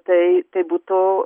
tai tai būtų